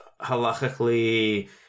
halachically